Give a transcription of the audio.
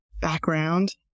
background